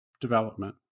development